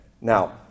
Now